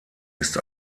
ist